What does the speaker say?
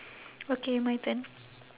okay my turn